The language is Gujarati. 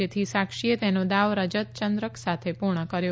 જેથી સાક્ષીએ તેનો દાવ રજત ચંદ્રક સાથે પુર્ણ કર્યો